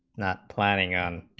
that planning and